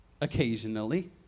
occasionally